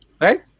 right